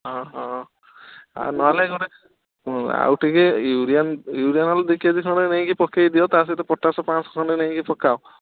ହଁ ହଁ ଆଉ ନହେଲେ ଗୋଟେ ହଁ ଆଉ ଟିକେ ୟୁରିଆ ୟୁରିଆ ନହେଲେ ଦୁଇ କେ ଜି ଖଣ୍ଡେ ନେଇକି ପକାଇ ଦିଅ ତା'ସହିତ ପଟାସ୍ ପାଞ୍ଚଶହ ନେଇକି ପକାଅ